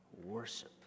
Worship